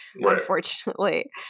unfortunately